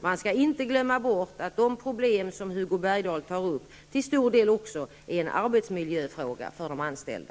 Man skall inte glömma bort att det problem som Hugo Bergdahl tar upp till stor del också är en arbetsmiljöfråga för de anställda.